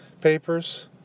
papers